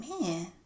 man